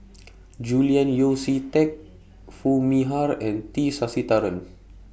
Julian Yeo See Teck Foo Mee Har and T Sasitharan